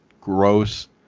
gross